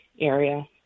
area